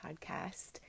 podcast